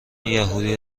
یهودی